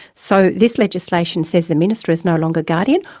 so this legislation says the minister is no longer guardian,